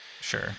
Sure